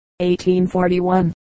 1841